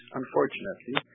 unfortunately